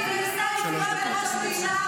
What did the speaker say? ולא להתעצבן על זה,